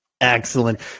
Excellent